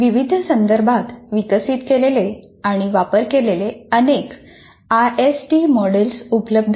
विविध संदर्भात विकासित केलेले आणि वापर केलेले अनेक आयएसडी मॉडेल्स उपलब्ध आहेत